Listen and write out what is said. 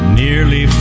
nearly